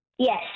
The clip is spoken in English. Yes